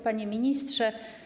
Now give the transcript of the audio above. Panie Ministrze!